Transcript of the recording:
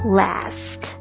last